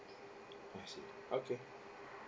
I see okay